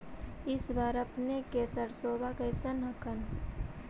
इस बार अपने के सरसोबा कैसन हकन?